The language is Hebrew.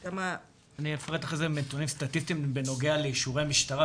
אפרט אחרי זה נתונים סטטיסטיים בנוגע לאישורי משטרה,